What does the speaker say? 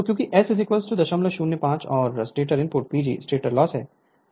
तो क्योंकि S 005 और stator input PG stator loss हैं